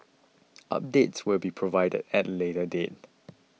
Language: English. updates will be provided at a later date